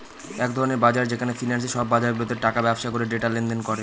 এক ধরনের বাজার যেখানে ফিন্যান্সে সব বাজারগুলাতে টাকার ব্যবসা করে ডেটা লেনদেন করে